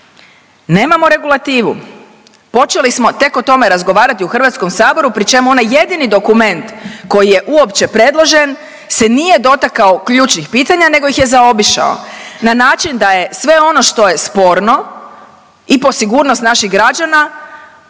Nemamo regulativu, počeli smo tek o tome razgovarati u HS-u, pri čemu onaj jedini dokument koji je uopće predložen se nije dotakao ključnih pitanja, nego ih je zaobišao na način da je sve ono što je sporno i po sigurnost naših građana,